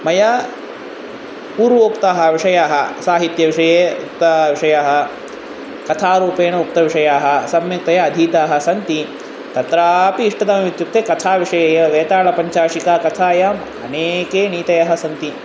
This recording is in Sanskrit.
मया पूर्वोक्ताः विषयाः साहित्यविषये उक्ताः विषयाः कथा रूपेण उक्तविषयाः सम्यक्तया अधीताः सन्ति तत्रापि इष्टतमम् इत्युक्ते कथा विषये एव वेतालपञ्चशिखाकथायाम् अनेके नीतयः सन्ति